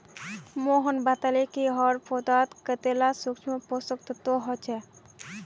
मोहन बताले कि हर पौधात कतेला सूक्ष्म पोषक तत्व ह छे